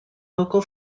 local